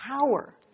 power